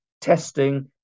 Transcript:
testing